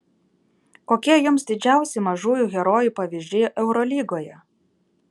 kokie jums didžiausi mažųjų herojų pavyzdžiai eurolygoje